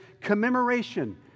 commemoration